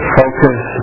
focus